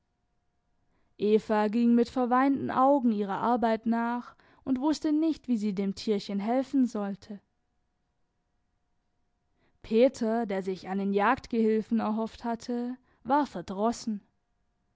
ging mit verweinten augen ihrer arbeit nach und wußte nicht wie sie dem tierchen helfen sollte peter der sich einen jagdgehilfen erhofft hatte war verdrossen